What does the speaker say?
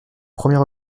premier